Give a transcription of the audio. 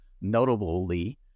notably